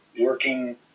working